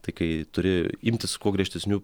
tai kai turi imtis kuo griežtesnių